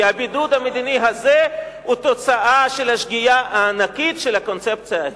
כי הבידוד המדיני הזה הוא תוצאה של השגיאה הענקית של הקונספציה ההיא.